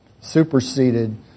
superseded